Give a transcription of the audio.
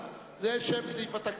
זה שם סעיף התקציב.